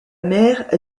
mère